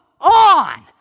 on